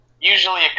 usually